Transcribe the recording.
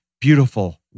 beautiful